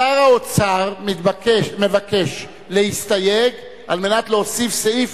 שר האוצר מבקש להסתייג על מנת להוסיף סעיף